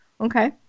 Okay